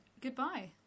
Goodbye